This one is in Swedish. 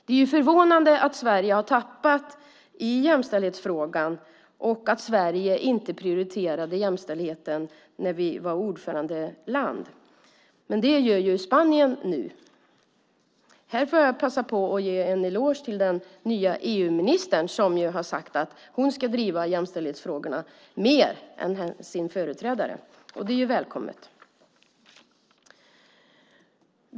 Det är förvånande att Sverige har tappat i jämställdhetsfrågan och att Sverige inte prioriterade jämställdheten när vi var ordförandeland. Det gör dock Spanien nu. Jag får väl passa på att ge en eloge till vår nya EU-minister som har sagt att hon ska driva jämställdhetsfrågorna mer än sin företrädare, vilket är välkommet.